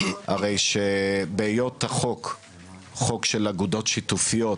הרי שבהיות החוק חוק של אגודות שיתופיות